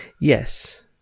Yes